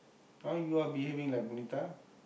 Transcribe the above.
now you are behaving like Punitha